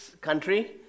country